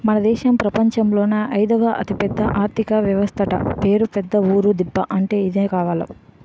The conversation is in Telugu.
మన దేశం ప్రపంచంలోనే అయిదవ అతిపెద్ద ఆర్థిక వ్యవస్థట పేరు పెద్ద ఊరు దిబ్బ అంటే ఇదే కావాల